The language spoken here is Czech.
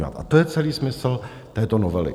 A to je celý smysl této novely.